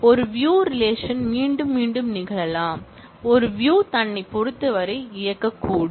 ஒரு view relation மீண்டும் மீண்டும் நிகழலாம் ஒரு வியூ தன்னைப் பொறுத்தவரை இருக்கக்கூடும்